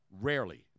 Rarely